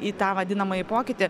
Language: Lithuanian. į tą vadinamąjį pokytį